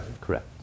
Correct